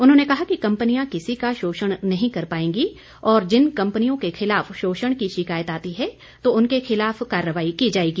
उन्होंने कहा कि कंपनियां किसी का शोषण नहीं कर पाएंगी और जिन कम्पनियों के खिलाफ शोषण की शिकायत आती है तो उनके खिलाफ कार्रवाई की जाएगी